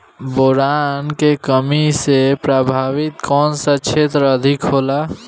Boron के कमी से प्रभावित कौन सा क्षेत्र अधिक होला?